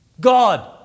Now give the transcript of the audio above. God